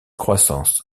croissance